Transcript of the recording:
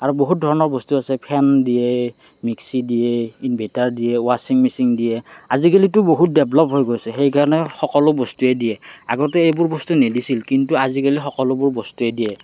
আৰু বহুত ধৰণত বস্তু আছে ফেন দিয়ে মিক্সিৰ দিয়ে ইনভাৰটাৰ দিয়ে ৱাছিং মেচিন দিয়ে আজিকালিতো বহুত ডেভেলপ হৈ গৈছে সেইকাৰণে সকলো বস্তুৱে দিয়ে আগতে সেইবোৰ বস্তু নিদিছিল কিন্তু আজিকালি সকলোবোৰ বস্তুৱে দিয়ে